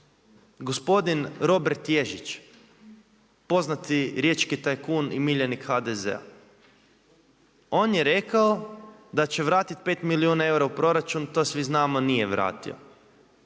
Gospodin Robert Ježić, poznati riječki tajkun i miljenik HDZ-a, on je rekao da će vratiti pet milijuna u proračun, to svi znamo nije vratio,